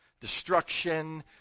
destruction